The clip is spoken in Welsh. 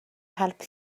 help